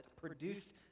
produced